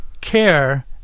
care